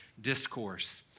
Discourse